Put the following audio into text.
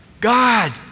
God